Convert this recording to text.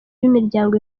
b’imiryango